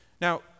Now